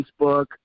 Facebook